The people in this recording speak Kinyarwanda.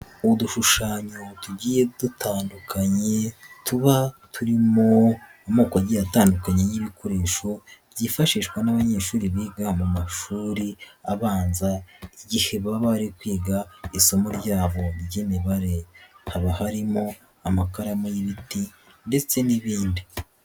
Udushushanyo tugiye dutandukanye, tuba turimo amoko agiye atandukanye y'ibikoresho byifashishwa n'abanyeshuri biga mu mashuri abanza, igihehe baba bari kwiga isomo ryabo ry'imibare. Haba harimo amakaramu y'ibiti ndetse n'ibindi.